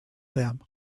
them